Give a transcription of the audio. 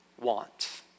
want